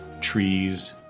trees